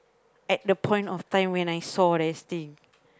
at the point of time when I saw there is thing